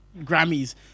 Grammys